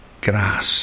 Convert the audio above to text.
grass